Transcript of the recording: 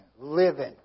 Living